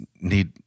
need